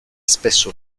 spesso